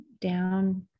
down